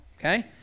okay